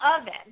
oven